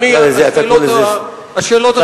הערה,